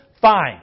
Fine